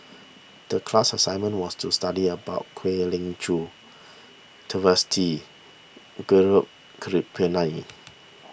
the class assignment was to study about Kwek Leng Joo Twisstii Gaurav Kripalani